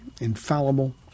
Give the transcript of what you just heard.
infallible